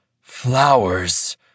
flowers